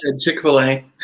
Chick-fil-A